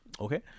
Okay